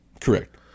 Correct